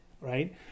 right